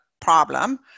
problem